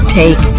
take